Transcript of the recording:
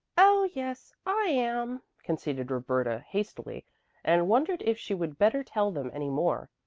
oh, yes, i am, conceded roberta hastily and wondered if she would better tell them any more.